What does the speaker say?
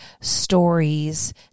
stories